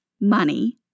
money